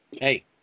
Hey